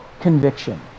conviction